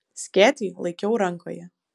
skėtį laikiau rankoje